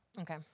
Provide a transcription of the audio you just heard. Okay